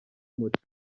muri